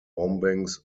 bombings